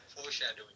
foreshadowing